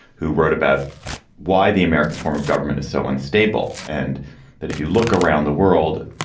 who wrote about why the american form of government is so unstable, and that if you look around the world,